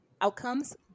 outcomes